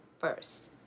first